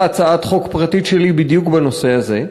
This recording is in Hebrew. הצעת חוק פרטית שלי בדיוק בנושא הזה,